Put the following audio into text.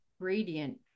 gradient